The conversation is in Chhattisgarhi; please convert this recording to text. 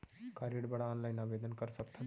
का ऋण बर ऑनलाइन आवेदन कर सकथन?